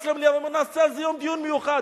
למליאה ואומר: נעשה על זה יום דיון מיוחד.